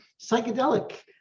psychedelic